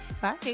Bye